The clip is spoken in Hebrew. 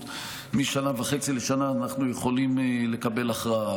משנה וחצי לשנה אנחנו יכולים לקבל הכרעה.